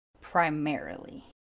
primarily